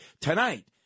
Tonight